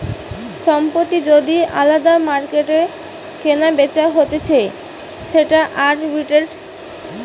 সম্পত্তি যদি আলদা মার্কেটে কেনাবেচা হতিছে সেটা আরবিট্রেজ